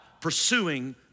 pursuing